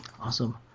Awesome